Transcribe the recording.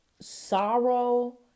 sorrow